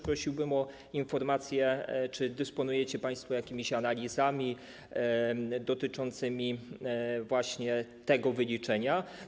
Proszę też o informację, czy dysponujecie państwo jakimiś analizami dotyczącymi tego wyliczenia.